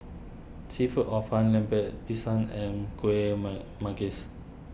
Seafood Hor Fun Lemper Pisang and Kueh man Manggis